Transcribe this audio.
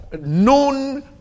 known